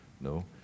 No